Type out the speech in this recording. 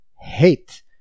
Hate